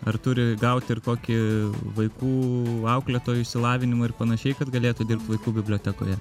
ar turi gaut ir kokį vaikų auklėtojo išsilavinimą ir panašiai kad galėtų dirbt vaikų bibliotekoje